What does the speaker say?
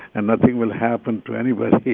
and nothing will happen to anybody.